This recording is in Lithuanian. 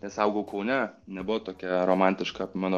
nes augau kaune nebuvo tokia romantiška mano